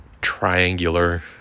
triangular